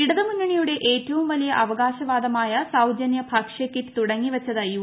ഇടതുമുന്നണിയുടെ ഏറ്റവും വലിയ അവകാശവാദമായ സൌജന്യ ഭക്ഷ്യകിറ്റ് തുടങ്ങി വച്ചത് യു